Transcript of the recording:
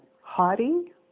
haughty